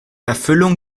erfüllung